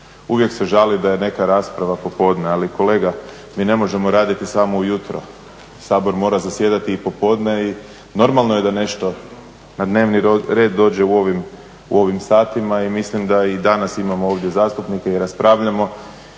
uvijek se žali da je neka rasprava popodne ali kolega mi ne možemo raditi samo ujutro, Sabor mora zasjedati i popodne i normalno je da nešto na dnevni red dođe u ovim satima i mislim da i danas imamo ovdje zastupnike i raspravljamo